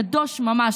קדוש ממש,